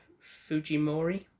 Fujimori